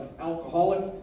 alcoholic